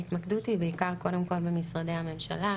ההתמקדות היא בעיקר קודם כול במשרדי הממשלה.